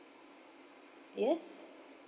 yes